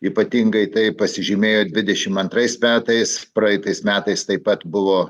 ypatingai tai pasižymėjo dvidešim antrais metais praeitais metais taip pat buvo